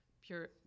pure